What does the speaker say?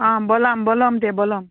आ बोलां बोलम ते बोलम